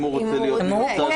אם הוא רוצה להיות מיוצג.